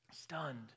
Stunned